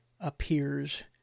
appears